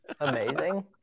Amazing